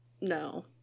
No